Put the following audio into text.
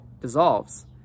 dissolves